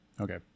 Okay